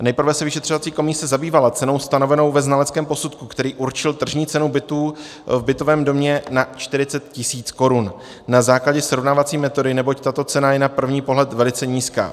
Nejprve se vyšetřovací komise zabývala cenou stanovenou ve znaleckém posudku, která určila tržní cenu bytu v bytovém domě na 40 000 Kč na základě srovnávací metody, neboť tato cena je na první pohled velice nízká.